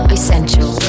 Essential